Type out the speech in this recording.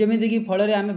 ଯେମିତିକି ଫଳରେ ଆମେ